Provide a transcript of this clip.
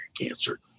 cancer